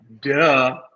duh